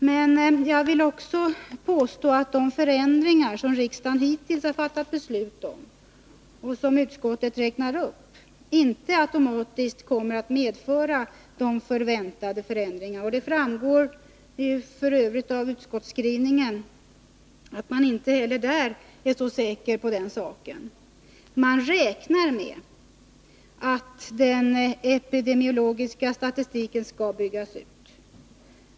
Men jag vill också påstå att de förändringar som riksdagen hittills har fattat beslut om och som utskottet räknar upp inte automatiskt kommer att medföra de förväntade förändringarna. Det framgår f. ö. av utskottsskrivningen att man inte heller i utskottet är så säker på den saken. Man räknar med att den epidemiologiska statistiken skall byggas ut.